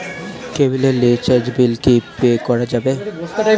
কেবিলের রিচার্জের বিল কি পে করা যাবে?